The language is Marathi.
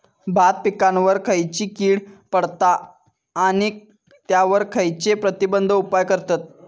भात पिकांवर खैयची कीड पडता आणि त्यावर खैयचे प्रतिबंधक उपाय करतत?